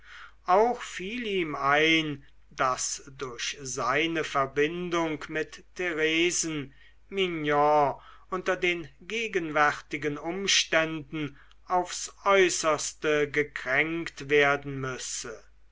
auch fiel ihm ein daß durch seine verbindung mit theresen mignon unter den gegenwärtigen umständen aufs äußerste gekränkt werden müsse